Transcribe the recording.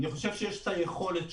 אני חושב שיש את היכולת שם.